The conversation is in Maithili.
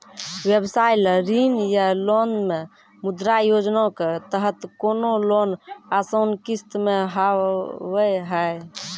व्यवसाय ला ऋण या लोन मे मुद्रा योजना के तहत कोनो लोन आसान किस्त मे हाव हाय?